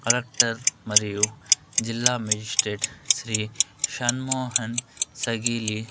collector మరియు జిల్లా magistrate Shri Shanmohan Sagili